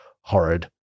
horrid